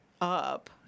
up